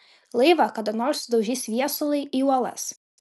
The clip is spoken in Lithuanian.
laivą kada nors sudaužys viesulai į uolas